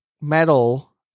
metal